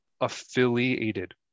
affiliated